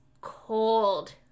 cold